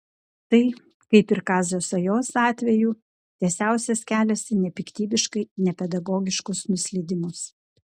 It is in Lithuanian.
tai kaip ir kazio sajos atveju tiesiausias kelias į nepiktybiškai nepedagogiškus nuslydimus